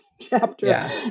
chapter